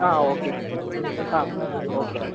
ആ ഓക്കെ ആ okay madam